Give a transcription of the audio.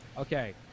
Okay